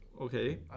Okay